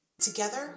Together